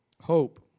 Hope